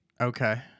Okay